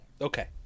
Okay